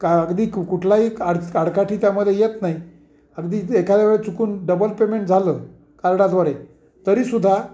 का अगदी कु कुठलाही काड आडकाठी त्यामध्ये येत नाही अगदी एखाद्या वेळ चुकून डबल पेमेंट झालं कार्डाद्वारे तरीसुद्धा